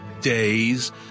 days